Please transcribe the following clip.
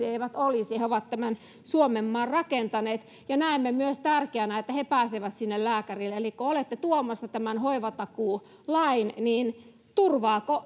eivät olisi he ovat tämän suomenmaan rakentaneet näemme myös tärkeänä että he pääsevät sinne lääkärille eli kun olette tuomassa tämän hoivatakuulain niin turvaako